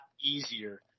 easier